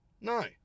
No